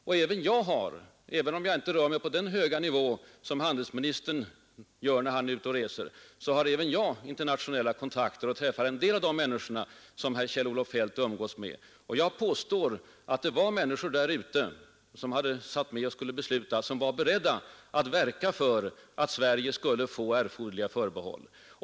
Också jag har — även om jag inte rör mig på den höga nivå som handelsministern gör när han är ute och reser — internationella kontakter och träffar en del av de människor som herr Feldt umgås med. Och jag påstår motsatsen. Bland dem som satt med och skulle besluta fanns det personer som var beredda att verka för att Sverige skulle få erforderliga förbehåll.